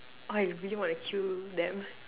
I really wanna kill them